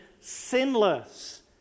sinless